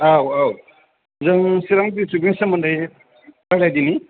औ औ जों चिरां डिसट्रिकनि सोमोन्दै रायज्लायदिनि